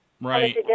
Right